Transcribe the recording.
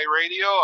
Radio